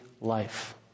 life